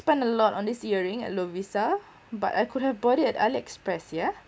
spend a lot on this earring at lovisa but I could have bought it at Aliexpress sia